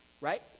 right